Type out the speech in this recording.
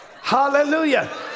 Hallelujah